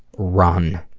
run.